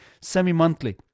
semi-monthly